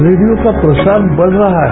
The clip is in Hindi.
रेडियो का प्रसार बढ़ रहा है